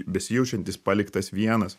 besijaučiantis paliktas vienas